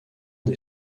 des